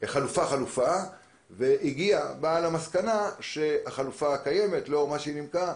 חלופה-חלופה ובאה למסקנה שהחלופה הקיימת לאור מה שהיא נימקה,